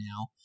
now